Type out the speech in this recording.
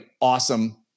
awesome